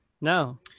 No